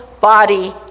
body